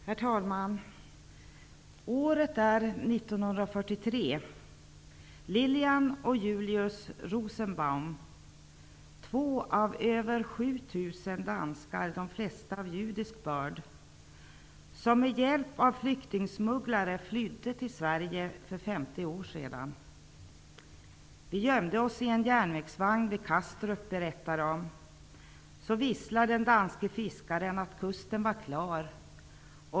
Herr talman! Året var 1943. Lilian och Julius Rosenbaum är två av över 7 000 danskar, de flesta av judisk börd, som med hjälp av flyktingsmugglare flydde till Sverige. Det är nu 50 år sedan. De berättar: Vi gömde oss i en järnvägsvagn vid Kastrup. Den danske fiskaren visslade att kusten var klar.